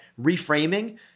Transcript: reframing